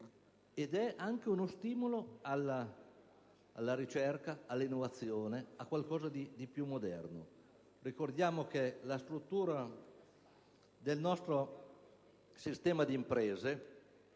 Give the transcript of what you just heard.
oltre che uno stimolo alla ricerca, all'innovazione e a qualcosa di più moderno. Ricordiamo che la struttura del nostro sistema di imprese,